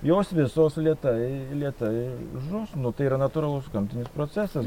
jos visos lėtai lėtai žus nu tai yra natūralus gamtinis procesas